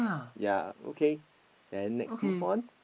ya okay then next move on